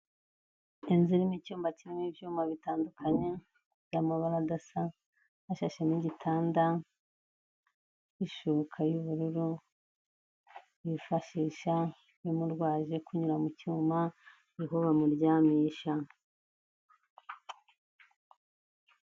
Inzu irimo icyuma kirimo ibyuma bitandukanye, y'amabara adasa, hashashe n'gitanda, ishyuka y'ubururu , bifashisha, iyo umurwayi aje kunyura mu cyuma niho bamuryamisha.